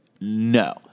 No